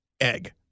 egg